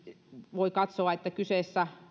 voi katsoa että kyseessä